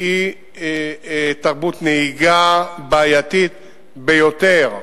תרבות נהיגה בעייתית ביותר.